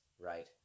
Right